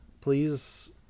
please